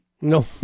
No